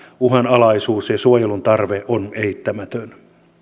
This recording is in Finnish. uhanalaisuus ja suojelun tarve on eittämätön